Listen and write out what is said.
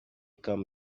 come